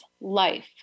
life